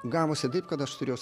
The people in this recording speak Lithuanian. gavosi taip kad aš turėjau